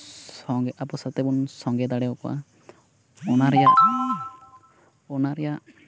ᱟᱵᱚ ᱥᱟᱛᱮᱜ ᱵᱚᱱ ᱥᱚᱸᱜᱮ ᱫᱟᱲᱮ ᱟᱠᱚᱣᱟ ᱚᱱᱟ ᱨᱮᱭᱟᱜ